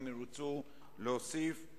אם ירצו להוסיף.